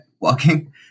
walking